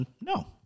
No